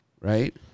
right